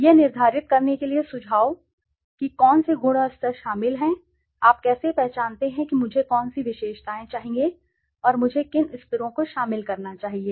यह निर्धारित करने के लिए सुझाव कि कौन से गुण और स्तर शामिल हैं आप कैसे पहचानते हैं कि मुझे कौन सी विशेषताएँ चाहिए और मुझे किन स्तरों को शामिल करना चाहिए